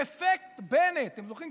"אפקט בנט" אתם זוכרים,